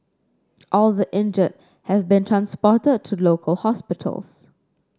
all the injured have been transported to local hospitals